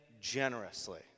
generously